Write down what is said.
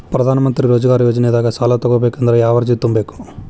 ಪ್ರಧಾನಮಂತ್ರಿ ರೋಜಗಾರ್ ಯೋಜನೆದಾಗ ಸಾಲ ತೊಗೋಬೇಕಂದ್ರ ಯಾವ ಅರ್ಜಿ ತುಂಬೇಕು?